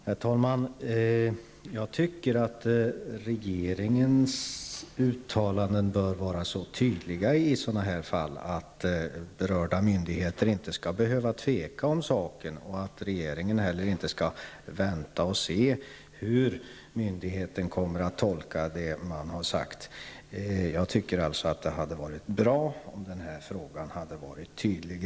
Herr talman! Jag tycker att regeringens uttalanden i fall av den här typen bör vara så tydliga att beröda myndigheter inte skall behöva tveka om saken, och att regeringen inte heller skall vänta och se hur myndigheten kommer att tolka det som regeringen har uttalat. Det vore bra om frågan redan från början hade varit tydlig.